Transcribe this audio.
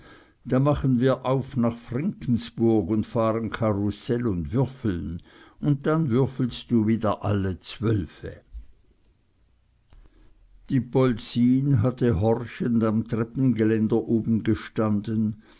da machen wir auf nach n finkenkrug un fahren karussell un würfeln un dann würfelst du wieder alle zwölfe die polzin hatte horchend am treppengeländer oben gestanden